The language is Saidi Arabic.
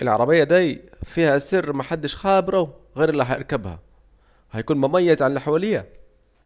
العربية دي فيها سر محدش خابره غيره الي هيركبها، هيكون مميز عن الي حواليه